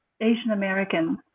Asian-American